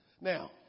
Now